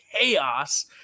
Chaos